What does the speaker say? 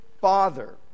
father